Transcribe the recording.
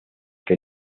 que